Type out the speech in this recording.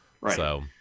Right